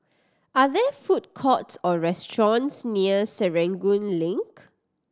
are there food courts or restaurants near Serangoon Link